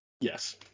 Yes